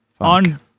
on